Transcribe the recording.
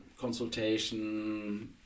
consultation